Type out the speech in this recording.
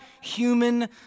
human